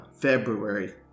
February